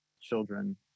children